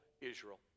Israel